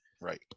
Right